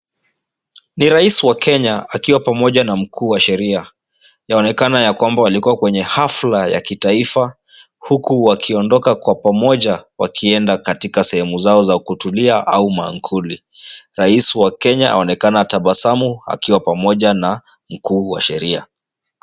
Ni rais wa Kenya akiwa pamoja na mkuu wa sheria. Yaonekana yakwamba walikuwa kwenye hafla ya kitaifa, huku wakiondoka kwa pamoja wakienda katika sehemu zao za kutulia au mankuli. Rais wa Kenya aonekana tabasamu akiwa pamoja na mkuu wa sheria.